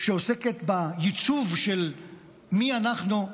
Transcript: שעוסקת בעיצוב של מי אנחנו,